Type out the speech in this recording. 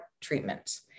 treatments